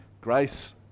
grace